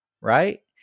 right